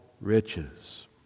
riches